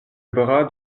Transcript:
bras